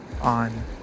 on